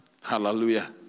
Hallelujah